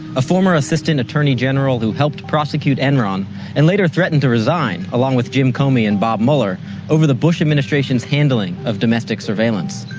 a former assistant attorney general who helped prosecute enron and later threatened to resign along with jim comey and bob mueller over the bush administration's handling of domestic surveillance.